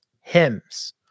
hymns